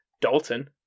Dalton